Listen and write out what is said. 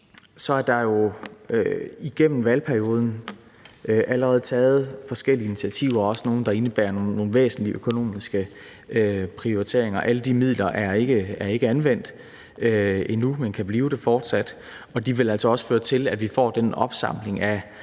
er der jo igennem valgperioden allerede taget forskellige initiativer, også nogle, der indebærer nogle væsentlige økonomiske prioriteringer. Alle de midler er ikke anvendt endnu, men kan fortsat blive det, og det vil altså også føre til, at vi får den opsamling af